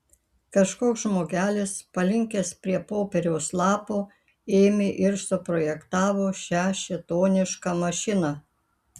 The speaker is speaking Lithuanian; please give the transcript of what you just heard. kažkoks žmogelis palinkęs prie popieriaus lapo ėmė ir suprojektavo šią šėtonišką mašiną